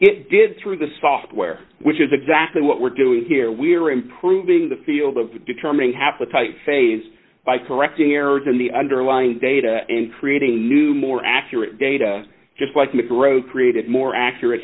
it did through the software which is exactly what we're doing here we're improving the field of determining haplotype phase by correcting errors in the underlying data and creating new more accurate data just like me for road created more accurate